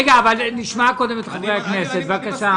נשמע קודם את חברי הכנסת, בבקשה.